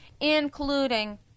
including